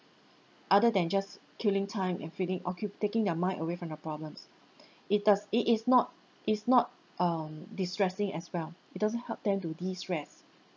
other than just killing time and feeling occu~ taking their mind away from the problems it does it is not it's not um de-stressing as well it doesn't help them to de-stress